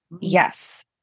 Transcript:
Yes